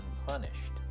unpunished